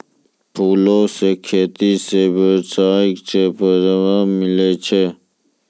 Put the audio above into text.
फूलो रो खेती से वेवसाय के बढ़ाबा मिलै छै